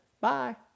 Bye